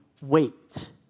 wait